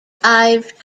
five